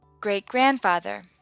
great-grandfather